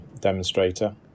demonstrator